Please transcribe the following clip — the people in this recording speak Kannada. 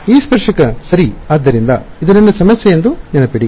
E ಸ್ಪರ್ಶಕ ಸರಿ ಆದ್ದರಿಂದ ಇದು ನನ್ನ ಸಮಸ್ಯೆ ಎಂದು ನೆನಪಿಡಿ